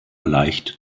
leicht